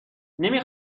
نمی